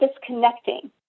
disconnecting